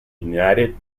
united